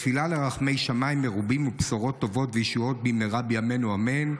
בתפילה לרחמי שמיים מרובים ובשורות טובות וישועות במהרה בימינו אמן,